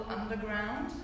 underground